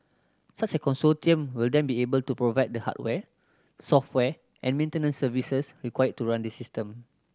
such a consortium will then be able to provide the hardware software and maintenance services required to run this system